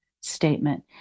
statement